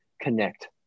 Connect